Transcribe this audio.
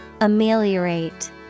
Ameliorate